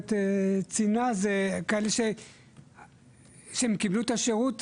שהגברת ציינה זה כאלה שהם קיבלו את השירות,